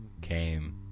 came